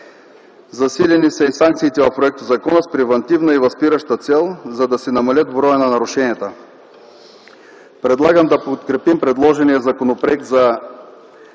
Засилени са и санкциите в законопроекта с превантивна и възпираща цел, за да се намали броят на нарушенията. Предлагам да подкрепим предложения законопроект, за